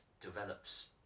develops